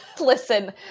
listen